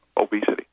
obesity